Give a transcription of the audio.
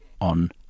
on